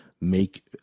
make